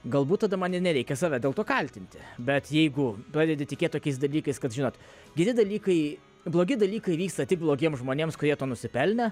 galbūt tada man ir nereikia save dėl to kaltinti bet jeigu pradedi tikėt tokiais dalykais kad žinot geri dalykai blogi dalykai vyksta tik blogiems žmonėms kurie to nusipelnė